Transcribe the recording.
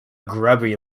grubby